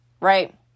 right